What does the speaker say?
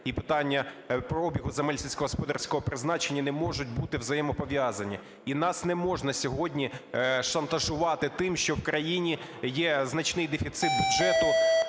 і питання щодо обігу земель сільськогосподарського призначення, не можуть бути взаємопов'язані. І нас не можна сьогодні шантажувати тим, що в країні є значний дефіцит бюджету,